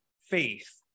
faith